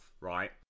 right